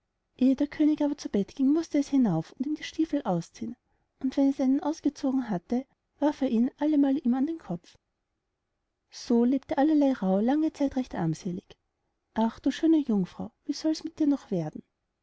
der könig aber zu bett ging mußte es hinauf und ihm die stiefel ausziehen und wenn es einen ausgezogen hatte warf er ihn allemal ihm an den kopf so lebte allerlei rauh lange zeit recht armselig ach du schöne jungfrau wie solls mit dir noch werden